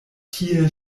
tie